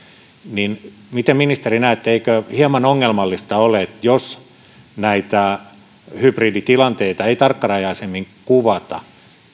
niin miten ministeri näette eikö hieman ongelmallista ole että jos näitä hybriditilanteita ei tarkkarajaisemmin kuvata